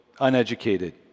uneducated